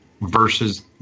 versus